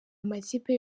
amakipe